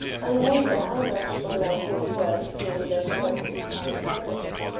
i wonder how much my life was worth during the first five minutes?